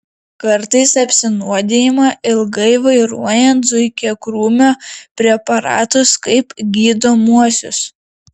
kartais apsinuodijama ilgai vartojant zuikiakrūmio preparatus kaip gydomuosius